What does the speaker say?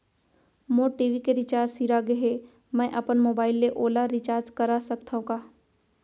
मोर TV के recharge सिरा गे हे, मैं अपन मोबाइल ले ओला रिचार्ज करा सकथव का?